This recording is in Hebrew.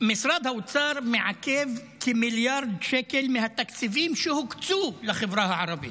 משרד האוצר מעכב כמיליארד שקל מהתקציבים שהוקצו לחברה הערבית.